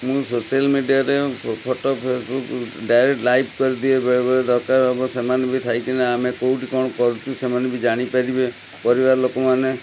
ମୁଁ ସୋସିଆଲ୍ ମିଡ଼ିଆରେ photo Facebook direct live କରିଦିଏ ବେଳେବେଳେ ଦରକାର ହବ ସେମାନେ ବି ଥାଇକିନା ଆମେ କେଉଁଠୁ କ'ଣ କରୁଛୁ ସେମାନେ ବି ଜାଣିପାରିବେ ପରିବାର ଲୋକମାନେ